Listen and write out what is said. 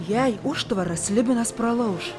jei užtvarą slibinas pralauš